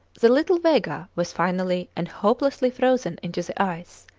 the little vega was finally and hopelessly frozen into the ice,